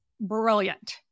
brilliant